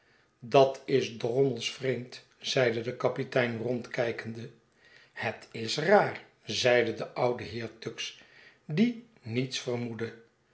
dat is drommels vreemd zeide de kapitein rondkijkende het is raar zeide de oude heer tuggs die niets vermoedde